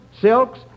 silks